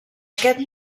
aquest